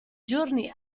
giorni